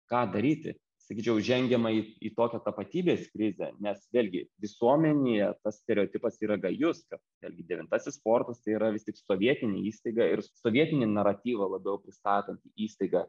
ką daryti sakyčiau žengiama į į tokią tapatybės krizę nes vėlgi visuomenėje tas stereotipas yra gajus kad vėlgi devintasis fortas tai yra vis tik sovietinė įstaiga ir sovietinį naratyvą labiau pristatanti įstaiga